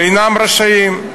אינם רשאים.